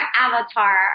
avatar